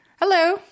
Hello